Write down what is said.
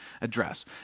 address